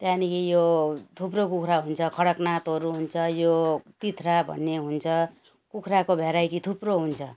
त्यहाँदेखि यो थुप्रो कुखुरा हुन्छ कडकनाथहरू हुन्छ यो तित्रा भन्ने हुन्छ कुखुराको भेराइटी थुप्रो हुन्छ